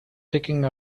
picking